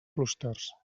clústers